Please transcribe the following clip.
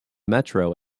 metro